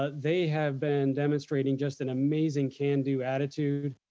ah they have been demonstrating just an amazing can do attitude.